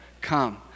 come